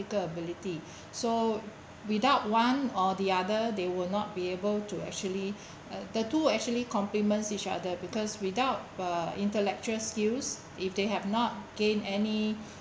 practical ability so without one or the other they will not be able to actually the two actually complements each other because without uh intellectual skills if they have not gain any